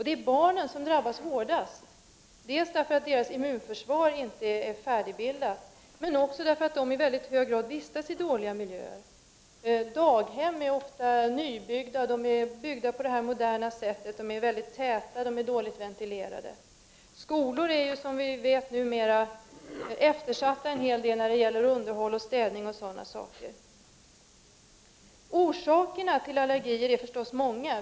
Det är barnen som drabbas hårdast, dels därför att deras immunförsvar inte är färdigbildat, dels för att de i mycket hög grad vistas i dåliga miljöer. Daghem är ofta nybyggda. De är byggda på det moderna sättet. De är mycket täta och dåligt ventilerade. Skolor är, som vi vet numera, eftersatta när det gäller underhåll, städning och sådana saker. Orsakerna till allergier är förstås många.